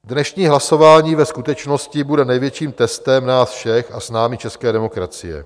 Dnešní hlasování ve skutečnosti bude největším testem nás všech a s námi české demokracie.